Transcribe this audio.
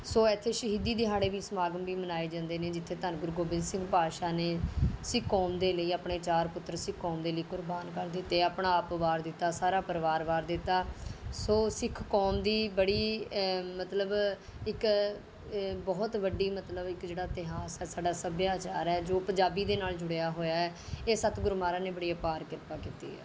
ਸੋ ਇੱਥੇ ਸ਼ਹੀਦੀ ਦਿਹਾੜੇ ਵੀ ਸਮਾਗਮ ਵੀ ਮਨਾਏ ਜਾਂਦੇ ਨੇ ਜਿੱਥੇ ਧੰਨ ਗੁਰੂ ਗੋਬਿੰਦ ਸਿੰਘ ਪਾਤਸ਼ਾਹ ਨੇ ਸਿੱਖ ਕੌਮ ਦੇ ਲਈ ਆਪਣੇ ਚਾਰ ਪੁੱਤਰ ਸਿੱਖ ਕੌਮ ਦੇ ਲਈ ਕੁਰਬਾਨ ਕਰ ਦਿੱਤੇ ਆਪਣਾ ਆਪ ਵਾਰ ਦਿੱਤਾ ਸਾਰਾ ਪਰਿਵਾਰ ਵਾਰ ਦਿੱਤਾ ਸੋ ਸਿੱਖ ਕੌਮ ਦੀ ਬੜੀ ਮਤਲਬ ਇੱਕ ਬਹੁਤ ਵੱਡੀ ਮਤਲਬ ਇੱਕ ਜਿਹੜਾ ਇਤਿਹਾਸ ਹੈ ਸਾਡਾ ਸੱਭਿਆਚਾਰ ਹੈ ਜੋ ਪੰਜਾਬੀ ਦੇ ਨਾਲ ਜੁੜਿਆ ਹੋਇਆ ਹੈ ਇਹ ਸਤਿਗੁਰੂ ਮਹਾਰਾਜ ਨੇ ਬੜੀ ਅਪਾਰ ਕ੍ਰਿਪਾ ਕੀਤੀ ਹੈ